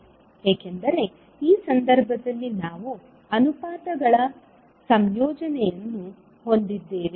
ಏಕೆಂದರೆ ಈ ಸಂದರ್ಭದಲ್ಲಿ ನಾವು ಅನುಪಾತಗಳ ಸಂಯೋಜನೆಯನ್ನು ಹೊಂದಿದ್ದೇವೆ